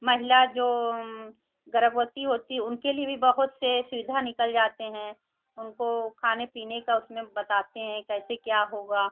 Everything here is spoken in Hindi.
महिला जो गरभवती होती है उनके लिए भी बहुत सी शुविधा निकल जाती है उनको खाने पीने का उसमें बताते हैं कैसे क्या होगा